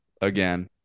again